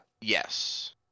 Yes